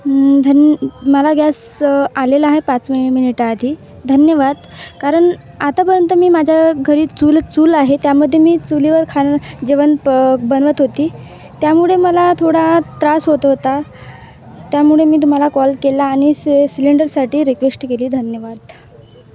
धन मला गॅस आलेला आहे पाच मि मिनिटाआधी धन्यवाद कारण आतापर्यंत मी माझ्या घरी चूल चूल आहे त्यामध्ये मी चुलीवर खाणं जेवण बनवत होते त्यामुळे मला थोडा त्रास होत होता त्यामुळे मी तुम्हाला कॉल केला आणि स सिलेंडरसाठी रिक्वेस्ट केली धन्यवाद